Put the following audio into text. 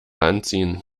anziehen